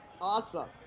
Awesome